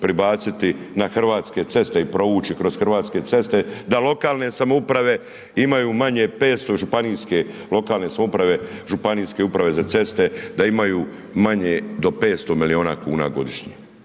pribaciti na Hrvatske ceste i provući kroz Hrvatske ceste da lokalne samouprave imaju manje 500 županijske lokalne samouprave, županijske uprave za ceste, da imaju manje do 500 milijuna kuna godišnje.